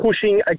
pushing